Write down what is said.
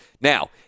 Now